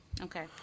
Okay